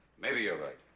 maybe you're right